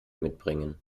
mitbringen